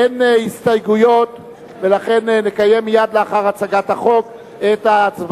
אין הסתייגויות ולכן נקיים מייד לאחר הצגת החוק הצבעה